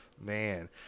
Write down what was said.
man